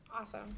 awesome